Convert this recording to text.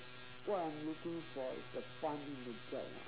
what i'm looking for is the fun in the job ah